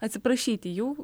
atsiprašyti jų